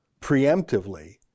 preemptively